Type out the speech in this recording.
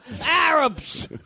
Arabs